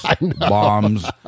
bombs